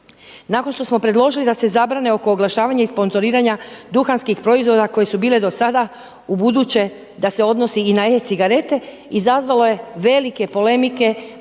nakon što smo predložili da se zabrane oko oglašavanja i sponzoriranja duhanskih proizvoda koje su bile do sada ubuduće da se odnosi i na e-cigarete izazvalo je velike polemike,